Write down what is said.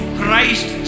Christ